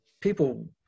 people